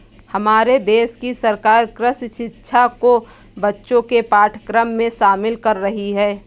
हमारे देश की सरकार कृषि शिक्षा को बच्चों के पाठ्यक्रम में शामिल कर रही है